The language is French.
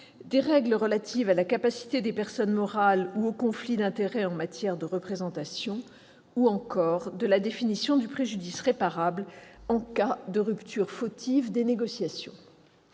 des règles relatives à la capacité des personnes morales ou aux conflits d'intérêts en matière de représentation ou encore de la définition du préjudice réparable en cas de rupture fautive des négociations.